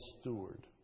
steward